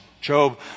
Job